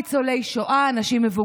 אותם,